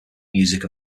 music